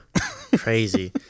Crazy